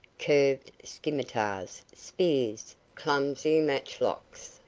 curved scimitars, spears, clumsy matchlocks,